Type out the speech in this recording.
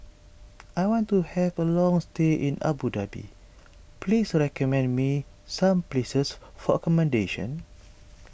I want to have a long stay in Abu Dhabi please recommend me some places for accommodation